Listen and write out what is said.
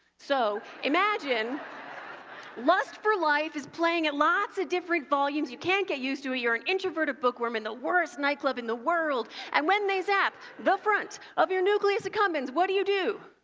so. imagine lust for life is playing at lots of different volumes, you can't get used to it, you're an introverted bookworm in the worst nightclub in the world, and when they zap the front of your nucleus accumbens, what do you do?